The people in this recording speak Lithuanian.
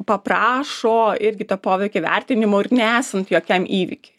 paprašo irgi to poveikio vertinimo ir nesant jokiam įvykiui